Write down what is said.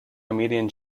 comedian